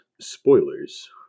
Spoilers